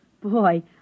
Boy